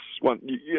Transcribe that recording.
one